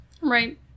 Right